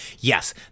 yes